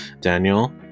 daniel